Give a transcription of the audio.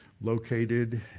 located